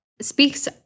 speaks